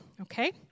okay